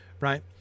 right